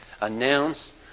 announce